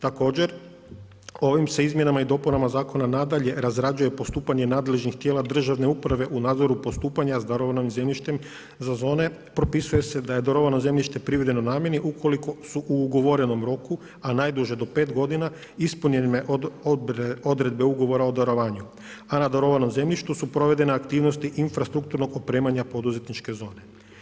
Također ovim se izmjenama i dopunama zakona nadalje razrađuje postupanje nadležnih tijela državne uprave u nadzoru postupanja s darovanim zemljištem za zone, propisuje se da je darovano zemljište … namjeni ukoliko su u ugovorenom roku, a najduže do 5 godina ispunjene odredbe ugovora o darovanju, a na darovanom zemljištu su provedene aktivnosti infrastrukturnog opremanja poduzetničke zone.